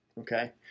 Okay